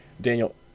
Daniel